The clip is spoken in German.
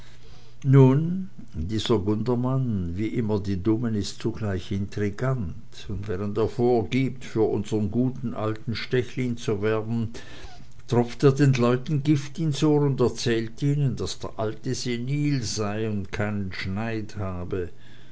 nun dieser gundermann wie immer die dummen ist zugleich intrigant und während er vorgibt für unsern guten alten stechlin zu werben tropft er den leuten gift ins ohr und erzählt ihnen daß der alte senil sei und keinen schneid habe